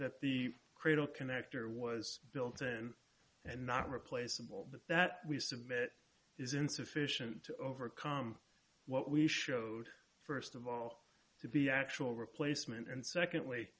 that the cradle connector was built in and not replaceable but that we submit is insufficient to overcome what we showed first of all to be actual replacement and secondly